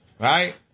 Right